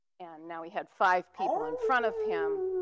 and now we had five people in front of him.